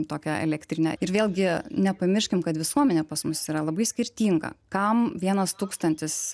tokią elektrinę ir vėlgi nepamirškim kad visuomenė pas mus yra labai skirtinga kam vienas tūkstantis